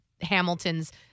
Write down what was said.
Hamilton's